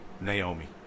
Naomi